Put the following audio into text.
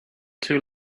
too